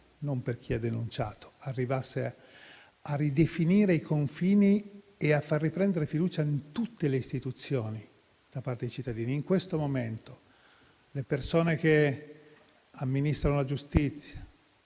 non per chi ha denunciato, arrivasse a ridefinire i confini e a far riprendere fiducia in tutte le istituzioni ai cittadini in questo momento. Le persone che amministrano la giustizia,